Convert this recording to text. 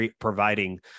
providing